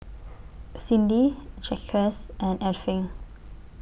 Cyndi Jaquez and Irving